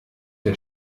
der